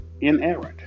inerrant